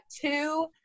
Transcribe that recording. two